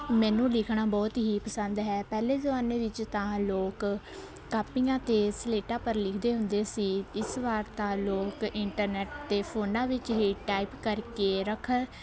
ਮੈਨੂੰ ਲਿਖਣਾ ਬਹੁਤ ਹੀ ਪਸੰਦ ਹੈ ਪਹਿਲੇ ਜ਼ਮਾਨੇ ਵਿੱਚ ਤਾਂ ਲੋਕ ਕਾਪੀਆਂ ਅਤੇ ਸਲੇਟਾਂ ਪਰ ਲਿਖਦੇ ਹੁੰਦੇ ਸੀ ਇਸ ਵਾਰ ਤਾਂ ਲੋਕ ਇੰਟਰਨੈੱਟ 'ਤੇ ਫੋਨਾਂ ਵਿੱਚ ਹੀ ਟਾਈਪ ਕਰਕੇ ਰੱਖ